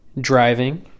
Driving